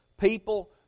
people